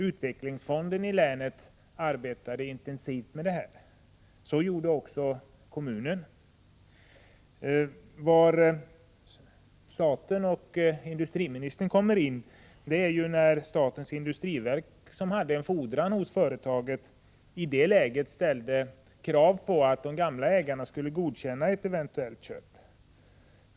Utvecklingsfonden i länet arbetade intensivt med frågan. Så gjorde också kommunen. Staten och industriministern kommer in i bilden när statens industriverk, som hade en fordran hos företaget, i detta läge ställde krav på att de gamla ägarna skulle godkänna ett eventuellt köp.